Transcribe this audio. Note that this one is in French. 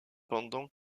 pendant